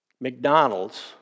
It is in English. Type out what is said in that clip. McDonald's